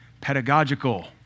pedagogical